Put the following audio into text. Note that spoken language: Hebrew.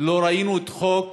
לא ראינו את חוק